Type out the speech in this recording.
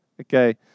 Okay